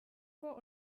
vor